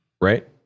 Right